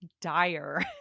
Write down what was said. dire